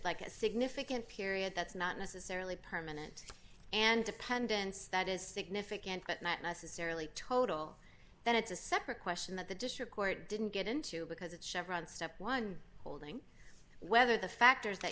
like a significant period that's not necessarily permanent and dependence that is significant but not necessarily total that it's a separate question that the district court didn't get into because it's chevron step one holding whether the factors that